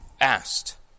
asked